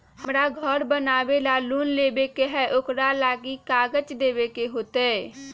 हमरा घर बनाबे ला लोन लेबे के है, ओकरा ला कि कि काग़ज देबे के होयत?